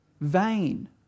vain